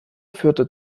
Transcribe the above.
führte